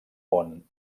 món